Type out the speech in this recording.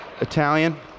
Italian